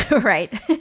Right